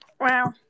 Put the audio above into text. Wow